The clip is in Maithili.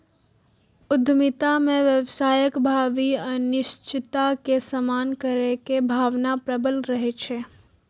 उद्यमिता मे व्यवसायक भावी अनिश्चितता के सामना करै के भावना प्रबल रहै छै